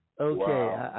Okay